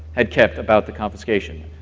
had kept about the confiscation.